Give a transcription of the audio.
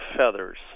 feathers